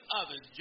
others